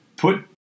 put